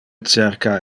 cerca